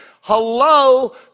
Hello